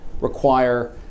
require